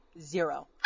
zero